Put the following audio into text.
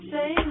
Say